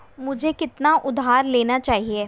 मुझे कितना उधार लेना चाहिए?